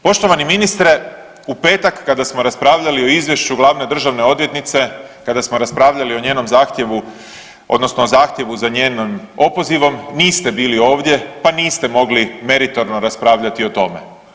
Poštovani ministre u petak kada smo raspravljali o izvješću glavne državne odvjetnice, kada smo raspravljali o njenom zahtjevu odnosno o zahtjevu za njenim opozivom niste bili ovdje pa niste mogli meritorno raspravljati o tome.